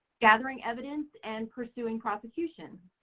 gathering evidence, and pursuing prosecution.